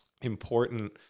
important